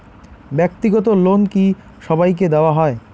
ব্যাক্তিগত লোন কি সবাইকে দেওয়া হয়?